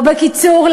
או בקיצור,